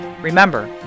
Remember